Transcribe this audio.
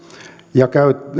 ja